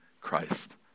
Christ